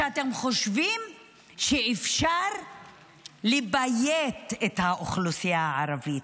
אתם חושבים שאפשר לביית את האוכלוסייה הערבית,